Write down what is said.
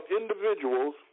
individuals